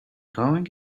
going